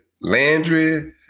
Landry